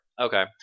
Okay